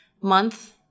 month